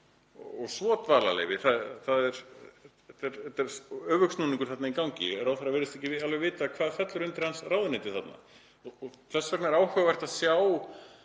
og svo dvalarleyfi. Það er öfugsnúningur þarna í gangi. Ráðherra virðist ekki alveg vita hvað fellur undir hans ráðuneyti þarna. Þess vegna er áhugavert að sjá